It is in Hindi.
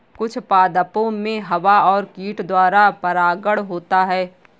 कुछ पादपो मे हवा और कीट द्वारा परागण होता है